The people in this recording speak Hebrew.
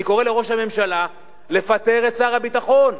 אני קורא לראש הממשלה לפטר את שר הביטחון,